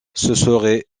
serait